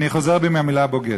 אני חוזר בי מהמילה "בוגד".